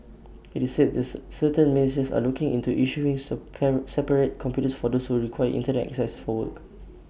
IT is said this certain ministries are looking into issuing separate computers for those who require Internet access for work